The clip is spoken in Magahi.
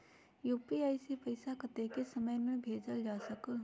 यू.पी.आई से पैसा कतेक समय मे भेजल जा स्कूल?